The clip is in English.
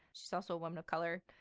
she's also a woman of color.